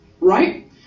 right